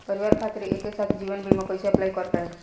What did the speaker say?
परिवार खातिर एके साथे जीवन बीमा कैसे अप्लाई कर पाएम?